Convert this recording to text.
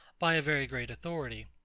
by a very great authority.